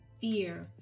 fear